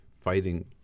fighting